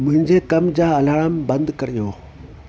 मुंहिंजे कम जा अलार्म बंदि करियो